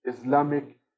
Islamic